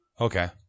Okay